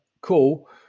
cool